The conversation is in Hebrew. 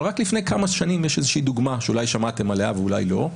אבל רק מלפני כמה שנים יש דוגמה שאולי שמעתם עליה ואולי לא,